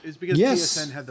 Yes